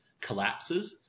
collapses